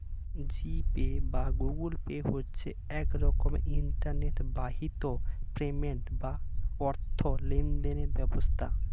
জি Pay বা Google Pay হচ্ছে এক রকমের ইন্টারনেট বাহিত পেমেন্ট বা অর্থ লেনদেনের ব্যবস্থা